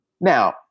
Now